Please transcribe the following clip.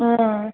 ꯑꯥ